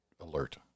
alert